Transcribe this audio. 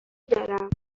دارم